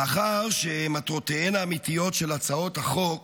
מאחר שמטרותיהן האמיתיות של הצעות החוק